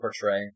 portray